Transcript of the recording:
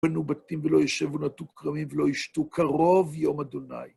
בנו בתים ולא ישבו, נטעו כרמים ולא ישתו, קרוב יום ה'.